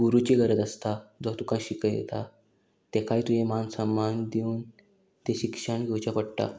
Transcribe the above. गुरुची गरज आसता जो तुका शिकयता तेकाय तुयेन मान सम्मान दिवन तें शिक्षण घेवचें पडटा